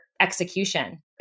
execution